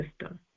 system